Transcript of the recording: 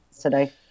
today